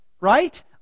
right